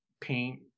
paint